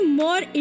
more